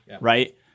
Right